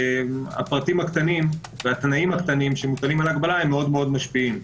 הפרטים הקטנים והתנאים הקטנים שמוטלים על ההגבלה הם מאוד מאוד משפיעים.